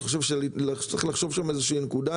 אני חושב שצריך לחשוב על איזה רעיון.